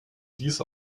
dies